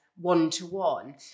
one-to-one